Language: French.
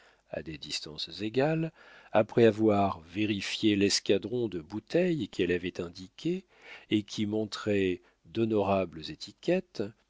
à des distances égales après avoir vérifié l'escadron de bouteilles qu'elle avait indiquées et qui montraient d'honorables étiquettes